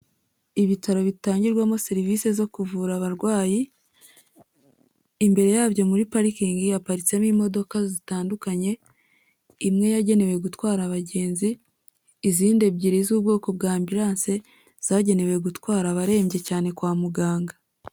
Ibitaro bitangirwamo serivisi zo kuvura abarwayi, imbere yabyo muri parikingi haparitsemo imodoka zitandukanye, imwe yagenewe gutwara abagenzi izindi ebyiri z'ubwoko bwa ambiranse zagenewe gutwara abarembye cyane kwa muganga.